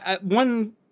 one